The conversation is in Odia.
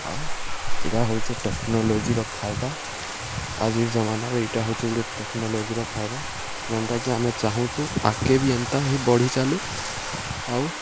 ଆଉ ଇଟା ହଉଚେ ଟେକ୍ନୋଲୋଜିର ଫାଏଦା ଆଜି ଜମାନାରେ ଇଟା ହଉଛେ ଗୁଟେ ଟେକ୍ନୋଲୋଜିର ଫାଏଦା ଯେନ୍ଟାକି ଆମେ ଚାହୁଁଚୁ ଆଗ୍କେ ବି ଏନ୍ତା ହିଁ ବଢ଼ିଚାଲୁ ଆଉ